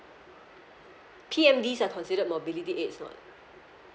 P_M_Ds are considered mobility aids one